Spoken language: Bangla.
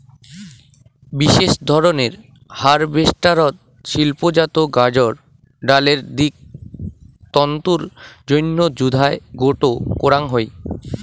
বিশেষ ধরনের হারভেস্টারত শিল্পজাত গাঁজার ডালের দিক তন্তুর জইন্যে জুদায় গোটো করাং হই